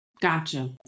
Gotcha